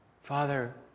Father